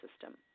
system